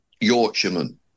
Yorkshireman